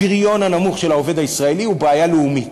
הפריון הנמוך של העובד הישראלי הוא בעיה לאומית,